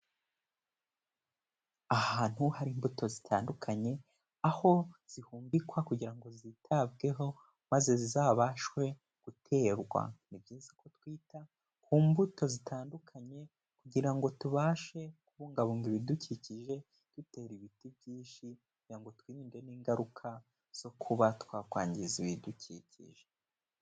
Ahantu hari imbuto zitandukanye, aho zihumbikwa kugira ngo zitabweho maze zizabashe guterwa, ni byiza ko twita ku mbuto zitandukanye kugira ngo tubashe kubungabunga ibidukikije dutera ibiti byinshi kugira ngo twirinde n'ingaruka zo kuba twakwangiza ibidukikije.